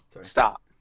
Stop